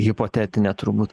hipotetinė turbūt